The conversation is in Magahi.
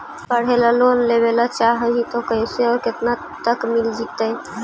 पढ़े ल लोन लेबे ल चाह ही त कैसे औ केतना तक मिल जितै?